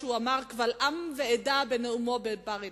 שהוא אמר קבל עם ועדה בנאומו בבר-אילן?